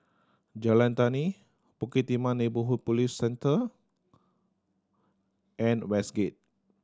Jalan Tani Bukit Timah Neighbourhood Police Centre and Westgate